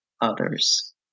others